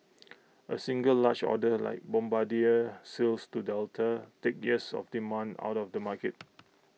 A single large order like Bombardier sales to Delta takes years of demand out of the market